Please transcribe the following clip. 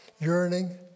yearning